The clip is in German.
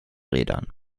rädern